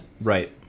Right